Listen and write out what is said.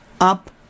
up